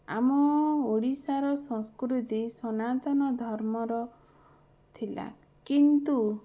ଆମ ଓଡ଼ିଶାର ସଂସ୍କୃତି ସନାତନ ଧର୍ମର ଥିଲା କିନ୍ତୁ